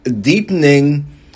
deepening